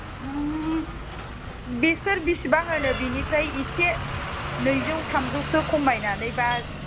नों बेसोर बिसिबां होनो बेनिफ्राय एसे नैजौ थामजौसो खमायनानै बा